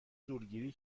زورگیری